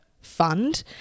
fund